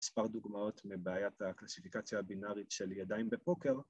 ‫מספר דוגמאות מבעיית הקלסיפיקציה ‫הבינארית של ידיים בפוקר.